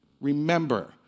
Remember